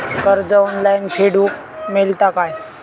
कर्ज ऑनलाइन फेडूक मेलता काय?